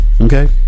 okay